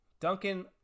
Duncan